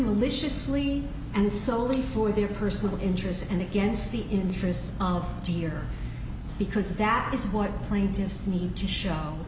maliciously and solely for their personal interests and against the interests of the year because that is what plaintiffs need to show